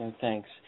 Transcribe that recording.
Thanks